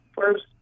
first